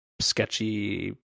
sketchy